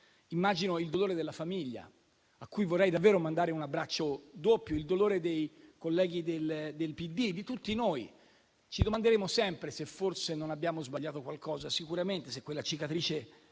Immagino il dolore della famiglia, a cui vorrei davvero mandare un abbraccio doppio; il dolore dei colleghi del PD, di tutti noi. Ci domanderemo sempre se forse non abbiamo sbagliato qualcosa. Sicuramente quella cicatrice